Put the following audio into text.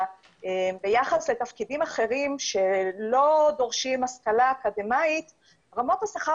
ביחס לתפקידים אחרים שלא דורשים השכלה אקדמאית רמות השכר